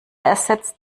ersetzt